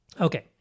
Okay